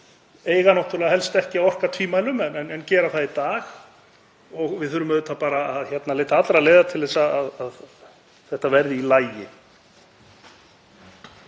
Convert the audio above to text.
eiga náttúrlega helst ekki að orka tvímælis en gera það í dag og við þurfum auðvitað að leita allra leiða til þess að þetta verði í lagi.